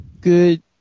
Good